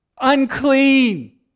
unclean